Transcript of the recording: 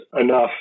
enough